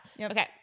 Okay